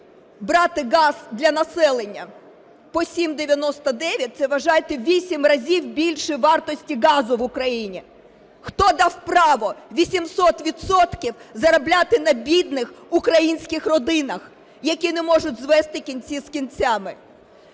брати газ для населення по 7,99? Це вважайте в 8 разів більше вартості газу в Україні. Хто дав право 800 відсотків заробляти на бідних українських родинах, які не можуть звести кінці з кінцями?